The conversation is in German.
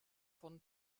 von